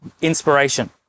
inspiration